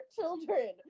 children